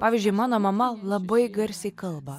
pavyzdžiui mano mama labai garsiai kalba